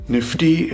Nifty